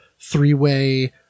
three-way